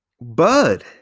Bud